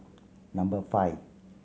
number five